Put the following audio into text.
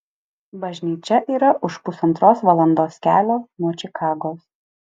bažnyčia yra už pusantros valandos kelio nuo čikagos